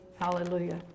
Hallelujah